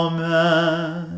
Amen